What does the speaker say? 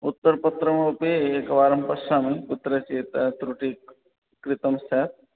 उत्तरपत्रमपि एकवारं पश्यामि कुत्रचित् त्रुटिः कृता स्यात्